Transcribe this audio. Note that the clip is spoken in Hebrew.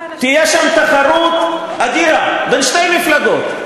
תהיה שם תחרות אדירה בין שתי מפלגות,